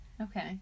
Okay